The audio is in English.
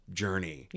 journey